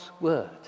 word